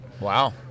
Wow